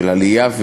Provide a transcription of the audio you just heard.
עלייה,